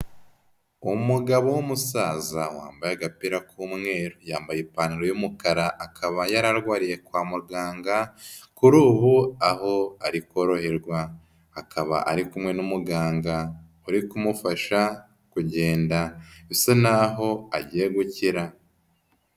Umugabo w'umusaza wambaye agapira k'umweru, yambaye ipantaro y'umukara, akaba yararwariye kwa muganga, kuri ubu aho ari koroherwa, akaba ari kumwe n'umuganga uri kumufasha kugenda, bisa naho agiye gukira.